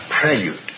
prelude